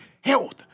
health